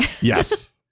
Yes